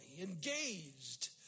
engaged